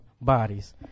bodies